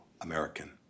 American